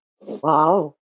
Wow